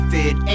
Fit